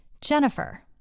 Jennifer